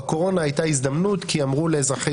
ובקורונה הייתה הזדמנות כי אמרו לאזרחי